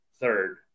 third